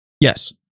Yes